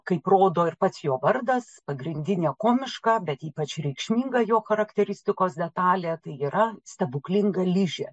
kaip rodo ir pats jo vardas pagrindinė komiška bet ypač reikšminga jo charakteristikos detalė tai yra stebuklinga ližė